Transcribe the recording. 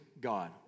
God